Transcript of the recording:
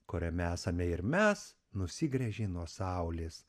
kuriame esame ir mes nusigręžė nuo saulės